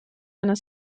einer